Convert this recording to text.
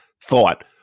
thought